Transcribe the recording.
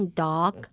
dog